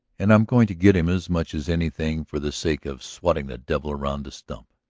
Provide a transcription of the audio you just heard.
and i'm going to get him as much as anything for the sake of swatting the devil around the stump.